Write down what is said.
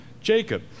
Jacob